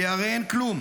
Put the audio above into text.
כי הרי אין כלום.